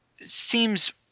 seems